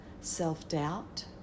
self-doubt